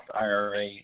IRA